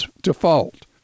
default